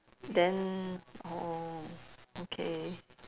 then orh okay